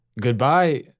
Goodbye